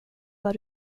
vad